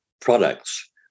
products